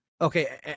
Okay